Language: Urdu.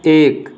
ایک